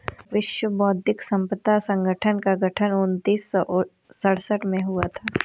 विश्व बौद्धिक संपदा संगठन का गठन उन्नीस सौ सड़सठ में हुआ था